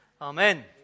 Amen